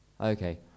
Okay